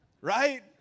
Right